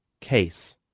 Case